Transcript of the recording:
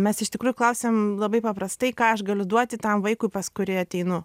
mes iš tikrųjų klausiam labai paprastai ką aš galiu duoti tam vaikui pas kurį ateinu